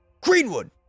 Greenwood